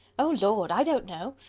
oh, lord! i don't know.